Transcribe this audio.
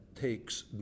takes